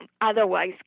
otherwise